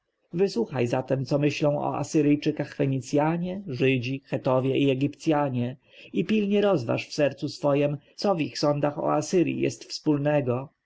wysłuchaj zatem co myślą o asyryjczykach fenicjanie żydzi chetowie i egipcjanie i pilnie rozważ w sercu swem co w ich sądach o asyrji jest wspólnego